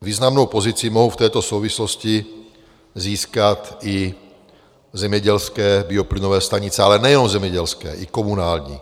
Významnou pozici mohou v této souvislosti získat i zemědělské bioplynové stanice, ale nejenom zemědělské, i komunální.